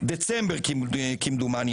בדצמבר האחרון, כמדומני,